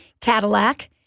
Cadillac